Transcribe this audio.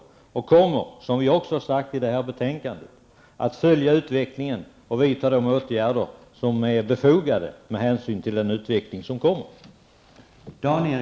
Regeringen kommer, som det står i betänkandet, att följa utvecklingen och vidta de åtgärder som är befogade med hänsyn till den utveckling som kommer.